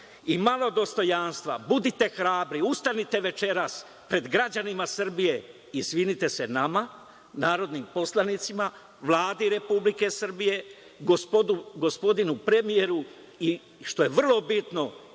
i malo dostojanstva budite hrabri, ustanite večeras pred građanima Srbije i izvinite se nama, narodnim poslanicima, Vladi Republike Srbije, gospodinu premijeru i što je vrlo bitno